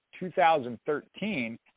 2013